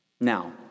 Now